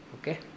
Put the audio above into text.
Okay